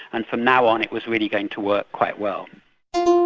and from now on it was really going to work quite well.